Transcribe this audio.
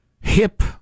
hip